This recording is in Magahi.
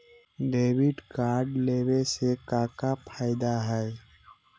डेबिट कार्ड लेवे से का का फायदा है?